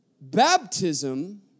baptism